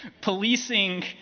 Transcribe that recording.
policing